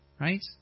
right